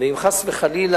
אם חס וחלילה,